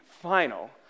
final